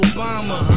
Obama